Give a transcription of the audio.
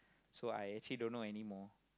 so I actually don't know any more